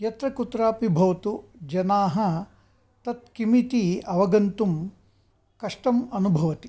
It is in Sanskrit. यत्र कुत्रापि भवतु जनाः तत् किमिति अवगन्तुं कष्टम् अनुभवति